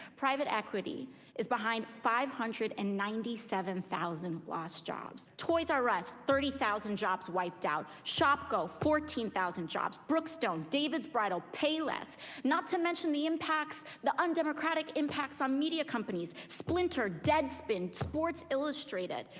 private equity is behind five hundred and ninety seven thousand lost jobs. toys r us, thirty thousand jobs wiped out. shopko, fourteen thousand jobs. brookstone, david's bridal, payless. not to mention the impacts, the undemocratic impacts on media companies. isplinter, deadspin, sports illustrated.